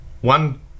one